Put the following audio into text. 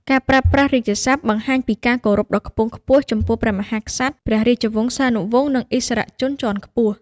ការប្រើប្រាស់រាជសព្ទបង្ហាញពីការគោរពដ៏ខ្ពង់ខ្ពស់ចំពោះព្រះមហាក្សត្រ ព្រះរាជវង្សានុវង្ស និងឥស្សរជនជាន់ខ្ពស់។